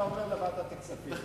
אתה אומר: לוועדת הכספים.